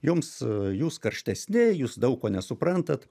jums jūs karštesni jūs daug ko nesuprantat